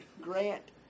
Grant